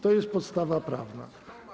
To jest podstawa prawna.